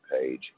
page